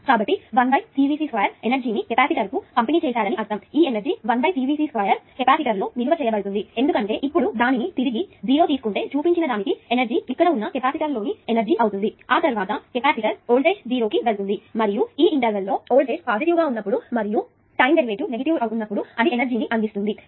కాబట్టి 12CVc2స్క్వేర్ ఎనర్జీ ను ను కెపాసిటర్కు పంపిణీ చేశారని అర్ధం మరియు ఈ ఎనర్జీ 12CVc2కెపాసిటర్లో నిలువ చేయబడుతుంది ఎందుకంటే మీరు ఇప్పుడు దానిని తిరిగి 0 కి తీసుకుంటే చూపించిన దానికి ఈ ఎనర్జీ ఇక్కడ ఉన్న కెపాసిటర్లోని ఎనర్జీ అవుతుంది ఆ తర్వాత కెపాసిటర్ వోల్టేజ్ 0 కి వెళుతుంది మరియు ఈ ఇంటర్వెల్ లో వోల్టేజ్ పాజిటివ్ గా ఉన్నప్పుడు మరియు టైం డెరివేటివ్ నెగటివ్ ఉన్నప్పుడు అది ఎనర్జీ ని అందిస్తుంది అని తెలుసు